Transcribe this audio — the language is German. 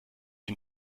den